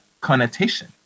connotation